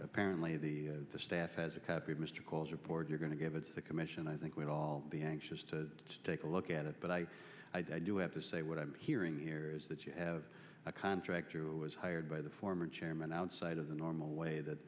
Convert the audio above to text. apparently the staff has a copy of mr cause report you're going to give us the commission i think we'd all be anxious to take a look at it but i do have to say what i'm hearing here is that you have a contractor was hired by the former chairman outside of the normal way that